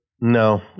No